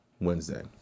Wednesday